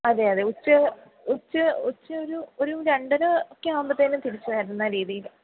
അതെ അതെ ഉച്ച ഉച്ച ഉച്ച ഒരു ഒരു രണ്ടര ഒക്കെ ആകുമ്പത്തേനും തിരിച്ച് വരുന്ന രീതിയിൽ